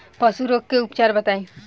पशु रोग के उपचार बताई?